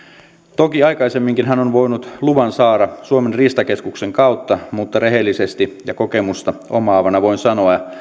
toki aikaisemminkin on voinut luvan saada suomen riistakeskuksen kautta mutta rehellisesti ja kokemusta omaavana voin sanoa